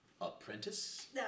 Apprentice